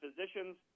physicians